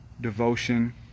devotion